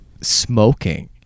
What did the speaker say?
smoking